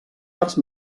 parts